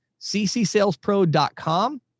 ccsalespro.com